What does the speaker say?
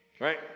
Right